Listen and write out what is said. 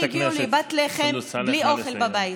והם הגיעו לפת לחם בלי אוכל בבית.